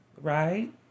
Right